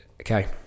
Okay